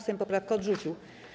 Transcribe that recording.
Sejm poprawkę odrzucił.